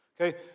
Okay